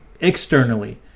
externally